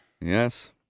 Yes